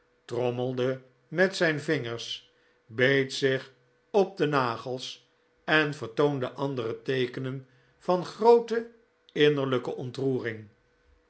trommelde met zijn vingers beet zich op de nagels en vertoonde andere teekenen van groote innerlijke ontroering